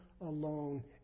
alone